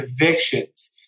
evictions